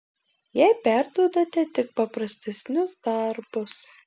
jai perduodate tik paprastesnius darbus